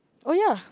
oh ya